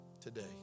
today